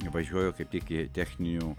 važiuoja kaip tik į techninių